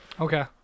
okay